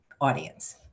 audience